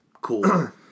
Cool